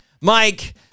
Mike